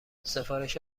سفارش